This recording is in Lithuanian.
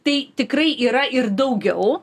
tai tikrai yra ir daugiau